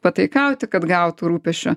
pataikauti kad gautų rūpesčio